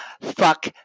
fuck